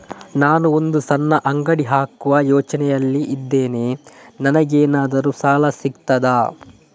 ನಾನು ಒಂದು ಸಣ್ಣ ಅಂಗಡಿ ಹಾಕುವ ಯೋಚನೆಯಲ್ಲಿ ಇದ್ದೇನೆ, ನನಗೇನಾದರೂ ಸಾಲ ಸಿಗ್ತದಾ?